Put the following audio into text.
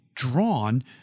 Drawn